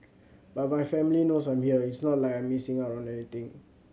but my family knows I'm here it's not like I'm missing or anything